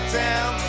down